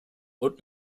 und